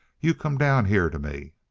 you come down here t' me!